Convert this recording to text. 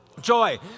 joy